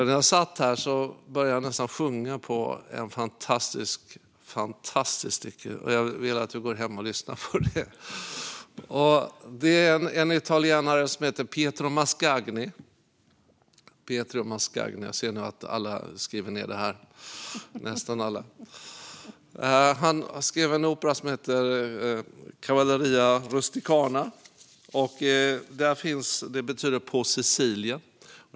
När jag satt här började jag nästan sjunga på ett fantastiskt stycke. Jag vill att ni går hem och lyssnar på det. Det har skrivits av en italienare som heter Pietro Mascagni. Jag ser att nästan alla skriver ned det. Han skrev en opera som heter Cavalleria Rusticana, eller På Sicilien.